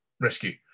rescue